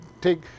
take